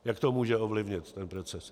Jak to může ovlivnit ten proces?